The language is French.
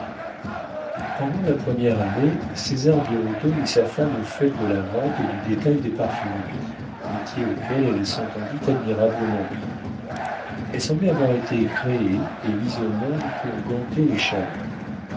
pendant la première année césar birotteau mit sa femme au fait de la vente et du détail des parfumeries métier auquel elle s'entendit admirablement bien elle semblait avoir été créée et mise au monde pour ganter les chalands